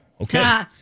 Okay